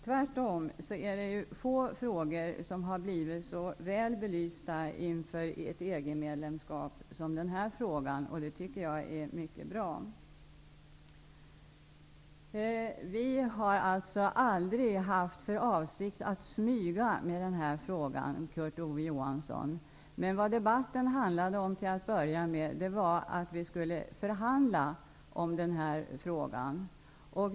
Tvärtom är det få frågor som har blivit så väl belysta inför ett EG-medlemskap som just den här frågan, och jag tycker att det är mycket bra att den har blivit det. Vi har alltså aldrig haft för avsikt att smyga med den här frågan, Kurt Ove Johansson! Vad debatten handlade om var till att börja med att vi skulle förhandla om den här frågan.